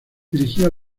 dirigía